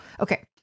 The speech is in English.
okay